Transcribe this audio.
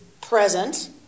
present